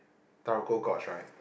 Taroko-Gorge right